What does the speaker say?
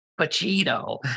Pacino